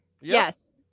Yes